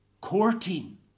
courting